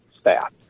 staff